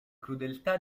crudeltà